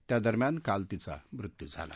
त्यादरम्यान काल तिचा मृत्यू झाला